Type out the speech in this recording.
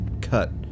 cut